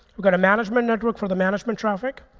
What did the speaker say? i've got a management network for the management traffic,